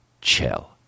chill